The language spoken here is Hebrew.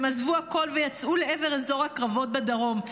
הם עזבו הכול ויצאו לעבר אזור הקרבות בדרום.